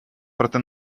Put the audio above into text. проте